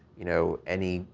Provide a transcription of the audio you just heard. you know, any,